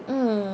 mm